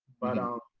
but um,